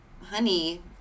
honey